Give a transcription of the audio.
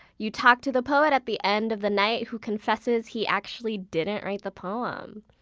you talk to the poet at the end of the night who confesses he actually didn't write the poem.